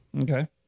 Okay